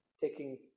taking